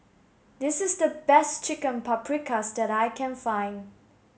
this is the best Chicken Paprikas that I can find